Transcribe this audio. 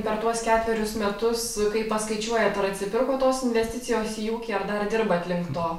per tuos ketverius metus kai paskaičiuojat ar atsipirko tos investicijos į ūkį ar dar dirbat link to